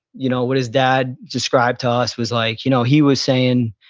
you know what his dad described to us was like you know he was saying,